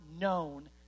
known